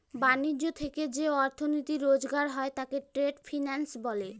ব্যাণিজ্য থেকে যে অর্থনীতি রোজগার হয় তাকে ট্রেড ফিন্যান্স বলে